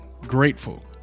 Grateful